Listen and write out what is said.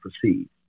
proceed